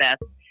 best